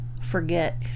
forget